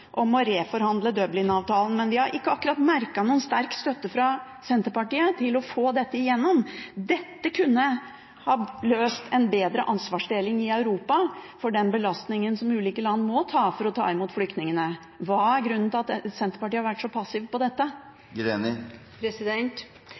om å reforhandle Dublin-avtalen, men vi har ikke akkurat merket noen sterk støtte fra Senterpartiet til å få dette gjennom. Dette kunne ha gitt en bedre ansvarsdeling i Europa for den belastningen ulike land må ta for å ta imot flyktningene. Hva er grunnen til at Senterpartiet har vært så passive til dette?